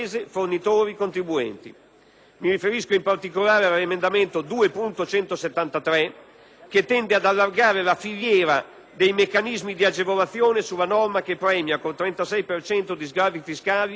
Mi riferisco, in particolare, all'emendamento 2.173, che tende ad allargare la filiera dei meccanismi di agevolazione sulla norma che premia con il 36 per cento di sgravi fiscali le ristrutturazioni edilizie.